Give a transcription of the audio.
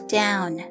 down